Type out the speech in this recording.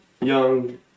Young